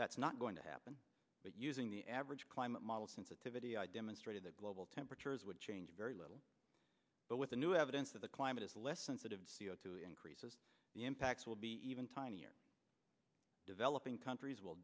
that's not going to happen but using the average climate model sensitivity i demonstrated that global temperatures would change very little but with the new evidence of the climate is less sensitive c o two increases the impacts will be even tinier developing countries will